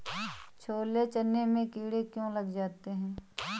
छोले चने में कीड़े क्यो लग जाते हैं?